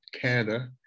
Canada